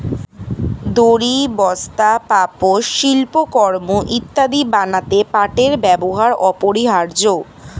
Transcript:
দড়ি, বস্তা, পাপোশ, শিল্পকর্ম ইত্যাদি বানাতে পাটের ব্যবহার অপরিহার্য